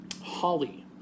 Holly